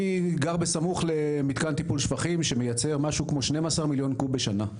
אני גר בסמוך למתקן טיפול שפכים שמייצר משהו כמו 12 מיליון קוב בשנה.